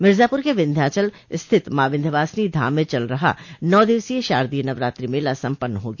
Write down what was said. मिर्जापर के विंध्यांचल स्थित मां विन्ध्यवासिनी धाम में चल रहा नौ दिवसीय शारदीय नवरात्रि मेला सम्पन्न हो गया